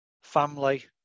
family